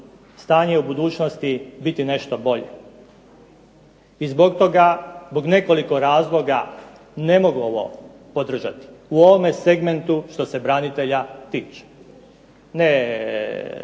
stanje u budućnosti biti nešto bolje. I zbog toga, zbog nekoliko razloga ne mogu ovo podržati u ovome segmentu što se branitelja tiče, ne